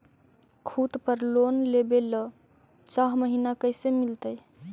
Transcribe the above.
खूत पर लोन लेबे ल चाह महिना कैसे मिलतै?